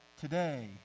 today